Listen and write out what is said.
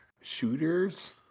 shooters